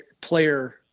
player